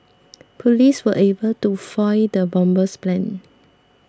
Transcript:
police were able to foil the bomber's plan